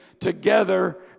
together